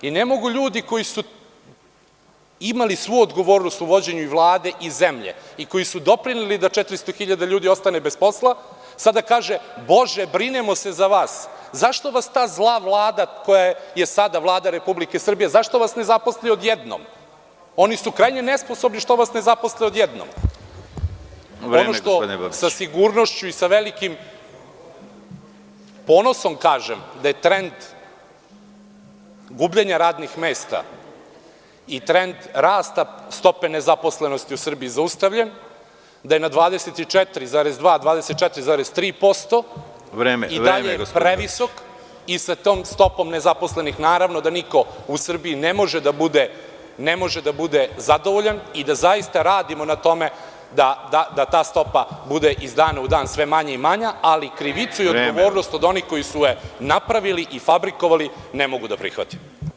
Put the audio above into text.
I ne mogu ljudi koji su imali svu odgovornost u vođenju Vlade i zemlje i koji su doprineli da 400.000 ljudi ostane bez posla, sada kažu – Bože, brinemo se za vas, zašto vas ta zla Vlada, koja je sada Vlada Republike Srbije, zašto vas ne zaposli odjednom, oni su krajnje nesposobni, što vas ne zaposle odjednom? (Predsedavajući: Vreme, gospodine Babiću.) Ono što sa sigurnošću i sa velikim ponosom kažem, da je trend gubljenja radnih mesta i trend rasta stope nezaposlenosti u Srbiji zaustavljen, da je na 24,2%, 24,3% … (Predsedavajući: Vreme, vreme, gospodine Babiću.) … i dalje previsok i sa tom stopom nezaposlenih naravno da niko u Srbiji ne može da bude zadovoljan i da zaista radimo na tome da ta stopa bude iz dana u dan sve manja i manja, ali krivicu i odgovornost od onih koji su je napravili i fabrikovali ne mogu da prihvatim.